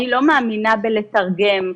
אני לא מאמינה בלתרגם,